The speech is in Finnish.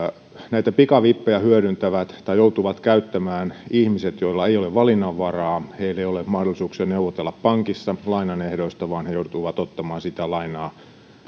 näitä pikavippejä hyödyntävät tai joutuvat käyttämään ihmiset joilla ei ole valinnanvaraa heillä ei ole mahdollisuuksia neuvotella pankissa lainan ehdoista vaan he joutuvat ottamaan